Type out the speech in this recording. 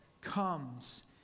comes